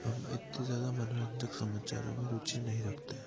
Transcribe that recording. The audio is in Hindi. हम इतने ज़्यादा मनोरंजक समाचारों में रुचि नहीं रखते हैं